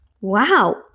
Wow